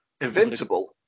invincible